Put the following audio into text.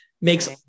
makes